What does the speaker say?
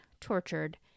tortured